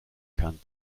kann